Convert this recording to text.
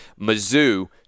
Mizzou